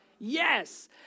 Yes